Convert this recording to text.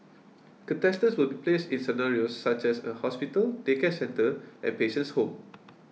contestants will be placed in scenarios such as a hospital daycare centre and patient's home